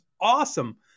awesome